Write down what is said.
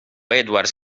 edwards